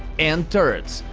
and turrets.